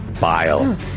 bile